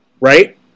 right